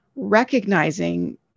recognizing